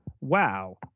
wow